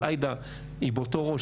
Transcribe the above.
אבל עאידה היא באותו ראש,